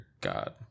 god